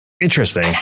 Interesting